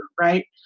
right